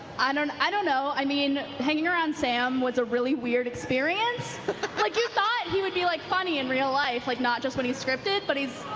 i don't i don't know. i mean, hanging around sam was a really weird experience. like you thought he would be like funny in real life, like not just when he's scripted. but